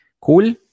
cool